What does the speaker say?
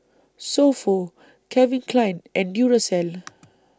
So Pho Calvin Klein and Duracell